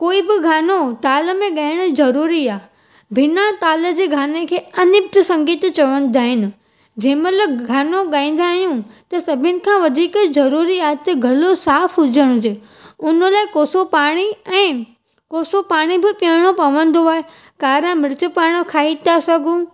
कोई बि ॻानो ताल में ॻाइण ज़रूरी आहे बिना ताल जे ॻाने खे अनिप्ट संगीत चवंदा आहिनि जंहिं महिल ॻानो ॻाईंदा आहियूं त सभिनि खां वधीक ज़रूरी आहे त गलो साफ़ु हुजणु हुजे उन लाइ कोसो पाणी ऐं कोसो पाणी बि पीअणो पवंदो आहे कारा मिर्च पाण खाई था सघूं